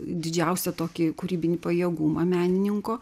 didžiausią tokį kūrybinį pajėgumą menininko